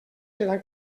seran